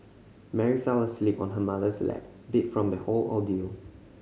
Mary fell asleep on her mother's lap beat from the whole ordeal